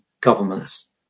governments